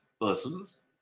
persons